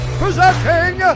presenting